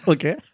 Okay